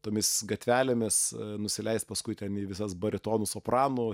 tomis gatvelėmis nusileist paskui ten į visas baritonų sopranų